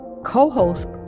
Co-host